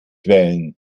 wählen